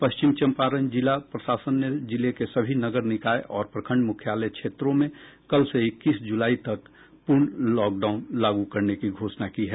पश्चिम चंपारण जिला प्रशासन ने जिले के सभी नगर निकाय और प्रखंड मुख्यालय क्षेत्रों में कल से इक्कीस जुलाई तक पूर्ण लॉकडाउन लागू करने की घोषणा की है